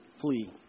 flee